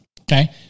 Okay